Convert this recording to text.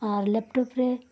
ᱟᱨ laptop ᱨᱮ